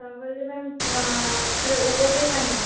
তাহলে ম্যাম তাহলে ওপোটাই ফাইনাল